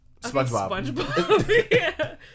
SpongeBob